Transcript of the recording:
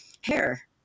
hair